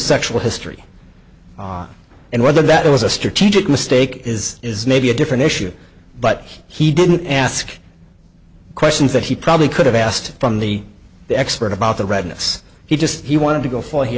sexual history and whether that was a strategic mistake is is maybe a different issue but he didn't ask questions that he probably could have asked from the expert about the redness he just he wanted to go f